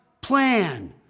plan